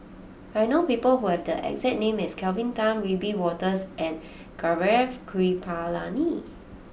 I know people who have the exact name as Kelvin Tan Wiebe Wolters and Gaurav Kripalani